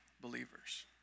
believers